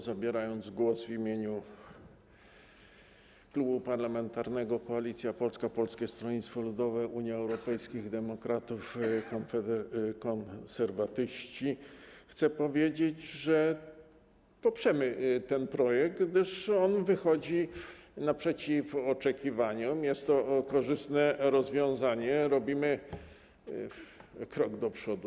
Zabierając głos w imieniu Klubu Parlamentarnego Koalicja Polska - Polskie Stronnictwo Ludowe, Unia Europejskich Demokratów, Konserwatyści, chcę powiedzieć, że poprzemy ten projekt, gdyż on wychodzi naprzeciw oczekiwaniom, jest to korzystne rozwiązanie, robimy krok do przodu.